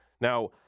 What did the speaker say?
Now